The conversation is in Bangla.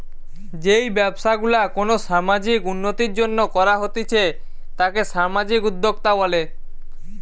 যেই ব্যবসা গুলা কোনো সামাজিক উন্নতির জন্য করা হতিছে তাকে সামাজিক উদ্যোক্তা বলে